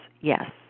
yes